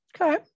okay